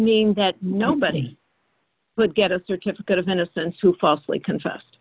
mean that nobody would get a certificate of innocence who falsely confessed